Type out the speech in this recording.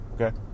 okay